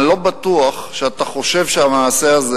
אני לא בטוח שאתה חושב שהמעשה הזה